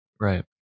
right